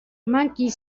monkeys